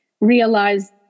realize